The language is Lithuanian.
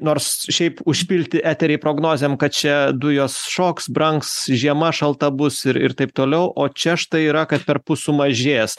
nors šiaip užpilti eterį prognozėm kad čia dujos šoks brangs žiema šalta bus ir taip toliau o čia štai yra kad perpus sumažės